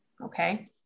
okay